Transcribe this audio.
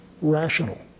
rational